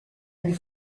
une